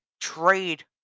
trade